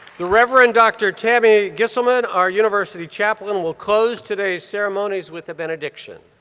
the reverend dr. tammy gieselman, our university chaplain, will close today's ceremonies with a benediction.